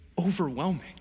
overwhelming